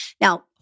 Now